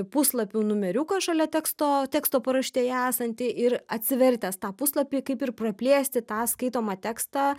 puslapių numeriuką šalia teksto teksto paraštėje esantį ir atsivertęs tą puslapį kaip ir praplėsti tą skaitomą tekstą